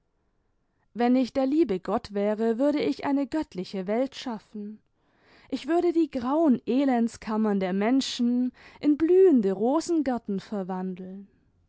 wenn ich der liebe grott wäre würde ich eine göttliche welt schaffen ich würde die grauen elendskanmiem der menschen in blühende rosengärten verwandeln